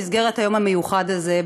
במסגרת היום המיוחד הזה,